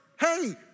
hey